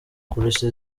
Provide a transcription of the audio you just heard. kurusha